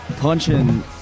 punching